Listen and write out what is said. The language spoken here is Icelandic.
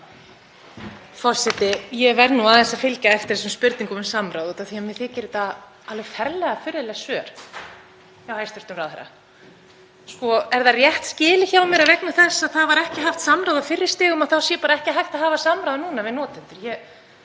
Ég verð nú aðeins að fylgja eftir þessum spurningum um samráð út af því að mér þykja þetta alveg ferlega furðuleg svör hjá hæstv. ráðherra. Er það rétt skilið hjá mér að vegna þess að það var ekki haft samráð á fyrri stigum þá sé ekki hægt að hafa samráð núna við notendur?